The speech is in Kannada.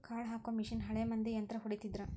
ಕಾಳ ಹಾಕು ಮಿಷನ್ ಹಳೆ ಮಂದಿ ಯಂತ್ರಾ ಹೊಡಿತಿದ್ರ